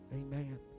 Amen